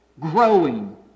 growing